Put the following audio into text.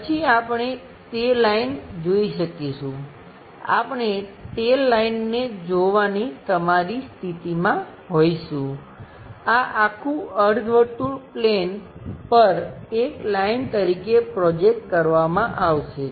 પછી આપણે તે લાઈન જોઈ શકીશું આપણે તે લાઈનને જોવાની તમારી સ્થિતિમાં હોઈશું આ આખું અર્ધ વર્તુળ પ્લેન પર એક લાઈન તરીકે પ્રોજેકટ કરવામાં આવશે